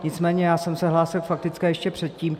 Nicméně já jsem se hlásil k faktické ještě předtím.